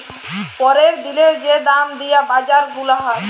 প্যরের দিলের যে দাম দিয়া বাজার গুলা হ্যয়